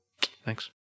Thanks